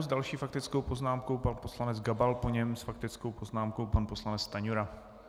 S další faktickou poznámkou pan poslanec Gabal, po něm s faktickou poznámkou pan poslanec Stanjura.